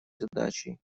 задачей